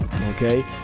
okay